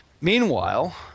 Meanwhile